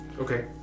Okay